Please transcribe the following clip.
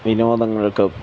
വിനോദങ്ങൾക്ക്